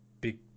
big